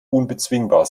unbezwingbar